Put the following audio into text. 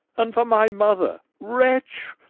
and for my mother, wretch,